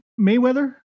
Mayweather